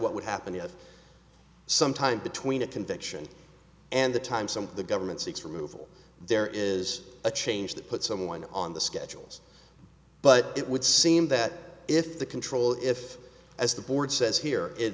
what would happen at some time between a conviction and the time some of the government seeks removal there is a change that put someone on the schedules but it would seem that if the control if as the board says here is